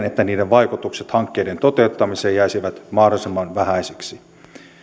että niiden vaikutukset hankkeiden toteuttamiseen jäisivät mahdollisimman vähäisiksi